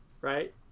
Right